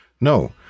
No